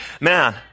man